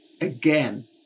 again